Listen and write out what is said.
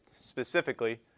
specifically